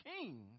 king